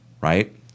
right